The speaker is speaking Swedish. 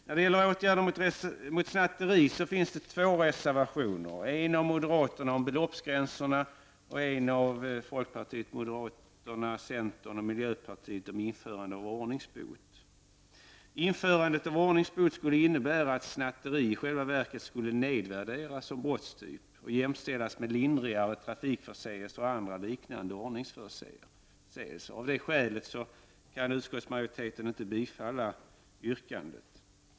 När det gäller åtgärder mot snatterier finns det två reservationer, dels en av moderaterna om beloppsgränserna, dels en av folkpartiet, moderaterna, centern och miljöpartiet om införande av ordningsbot, skulle innebära att snatteri i själva verket skulle nedvärderas som brottstyp och likställas med lindrigare trafikförseelser och andra liknande ordningsförseelser. Av det skälet kan utskottsmajoriteten inte tillstyrka yrkandet.